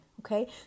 okay